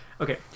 Okay